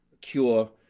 cure